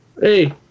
Hey